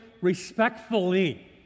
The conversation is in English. respectfully